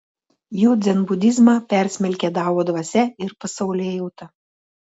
jų dzenbudizmą persmelkia dao dvasia ir pasaulėjauta